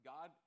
God